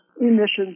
emissions